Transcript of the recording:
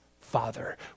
father